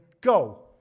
Go